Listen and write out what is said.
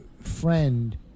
friend